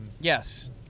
Yes